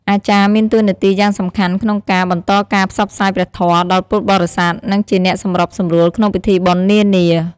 អាចារ្យមានតួនាទីយ៉ាងសំខាន់ក្នុងការ បន្តការផ្សព្វផ្សាយព្រះធម៌ ដល់ពុទ្ធបរិស័ទ និងជាអ្នកសម្របសម្រួលក្នុងពិធីបុណ្យនានា។